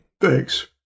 Thanks